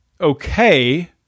okay